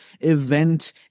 event